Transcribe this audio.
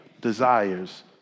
desires